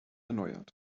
erneuert